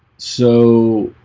so